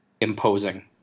imposing